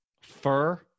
Fur